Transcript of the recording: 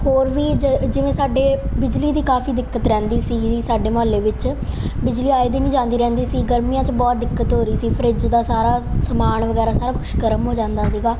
ਹੋਰ ਵੀ ਜ ਜਿਵੇਂ ਸਾਡੇ ਬਿਜਲੀ ਦੀ ਕਾਫੀ ਦਿੱਕਤ ਰਹਿੰਦੀ ਸੀਗੀ ਸਾਡੇ ਮੁਹੱਲੇ ਵਿੱਚ ਬਿਜਲੀ ਆਏ ਦਿਨ ਜਾਂਦੀ ਰਹਿੰਦੀ ਸੀ ਗਰਮੀਆਂ 'ਚ ਬਹੁਤ ਦਿੱਕਤ ਹੋ ਰਹੀ ਸੀ ਫਰਿੱਜ ਦਾ ਸਾਰਾ ਸਮਾਨ ਵਗੈਰਾ ਸਾਰਾ ਕੁਛ ਗਰਮ ਹੋ ਜਾਂਦਾ ਸੀਗਾ